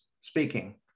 speaking